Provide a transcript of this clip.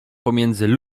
pomiędzy